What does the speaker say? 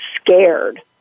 scared